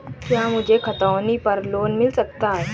क्या मुझे खतौनी पर लोन मिल सकता है?